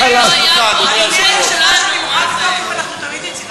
בגלל שמקלב לא היה פה, את שלנו, אדוני היושב-ראש,